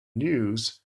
news